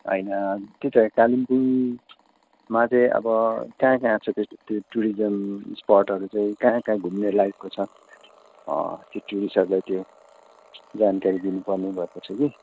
होइन त्यही त कालेबुङमा चाहिँ अब कहाँ कहाँ चाहिँ त्यस्तो टुरिजम स्पटहरू चाहिँ कहाँ कहाँ चाहिँ घुम्नेलाइकको छ त्यो टुरिस्टहरूलाई त्यो जानकारी दिनुपर्ने भएको छ कि